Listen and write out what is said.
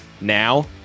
Now